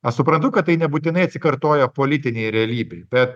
aš suprantu kad tai nebūtinai atsikartoja politinėj realybėj bet